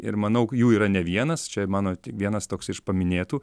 ir manau jų yra ne vienas čia mano vienas toks iš paminėtų